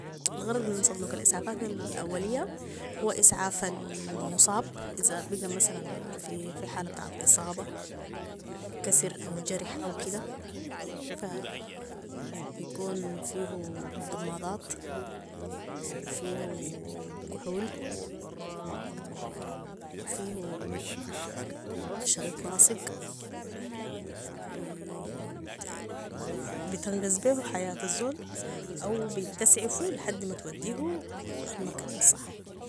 الغرض من صندوق الإسعافات الأولية هو إسعاف المصاب إذا بيقى مثلا في في حالة إصابة كسر أو جرح أو كده- بكون فيهو ضماضات وفيهو كحول و فيهو شريط لاصق بتنقذ بيهو حياة الزول أو بتسعفو لحدي ما توديهو المكان الصاح